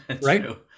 Right